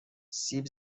سیب